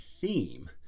theme